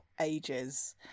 ages